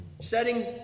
Setting